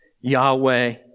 Yahweh